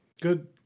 Good